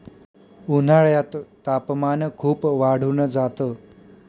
उन्हाळ्यात तापमान खूप वाढून जात